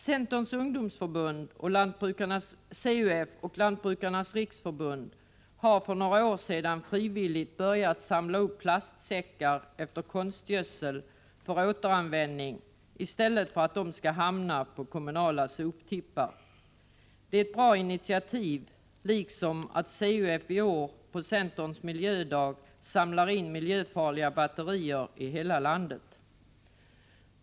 Centerns ungdomsförbund, CUF, och Lantbrukarnas riksförbund har för några år sedan frivilligt börjat samla upp plastsäckar efter konstgödsel så att de kan återanvändas i stället för att hamna på kommunala soptippar. Det är ett bra initiativ, liksom att CUF på centerns miljödag i år samlar in miljöfarliga batterier i hela landet.